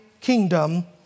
kingdom